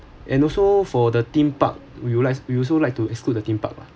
and also for the theme park we would like we also like to exclude the theme park lah